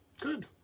Good